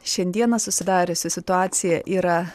šiandieną susidariusi situacija yra